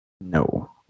No